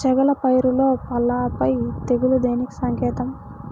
చేగల పైరులో పల్లాపై తెగులు దేనికి సంకేతం?